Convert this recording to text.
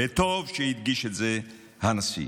וטוב שהדגיש את זה הנשיא.